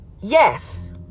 yes